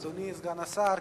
אדוני סגן השר,